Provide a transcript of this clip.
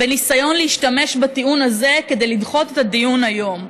בניסיון להשתמש בטיעון הזה כדי לדחות את הדיון היום.